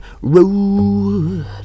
road